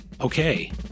Okay